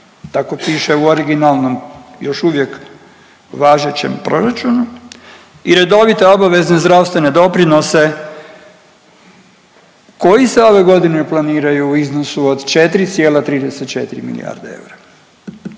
tako piše u originalnom još uvijek važećem proračunu i redovite obaveze zdravstvene doprinose koji se ove godine planiraju u iznosu od 4,34 milijarde eura.